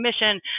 commission